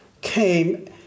came